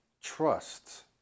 trust